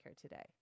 today